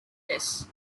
tests